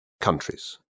countries